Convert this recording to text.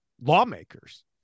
lawmakers